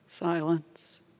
Silence